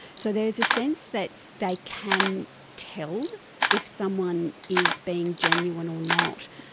so there's a sense that they can tell if someone is being genuine or not.